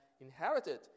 inherited